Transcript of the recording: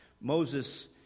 Moses